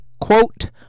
quote